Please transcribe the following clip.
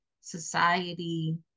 society